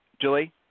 Julie